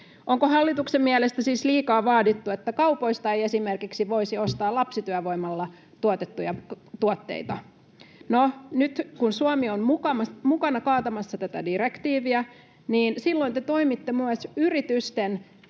Onko hallituksen mielestä siis liikaa vaadittu, että kaupoista ei esimerkiksi voisi ostaa lapsityövoimalla tuotettuja tuotteita? No nyt, kun Suomi on mukana kaatamassa tätä direktiiviä, te toimitte myös yritysten